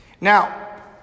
Now